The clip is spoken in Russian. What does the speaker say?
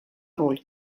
роль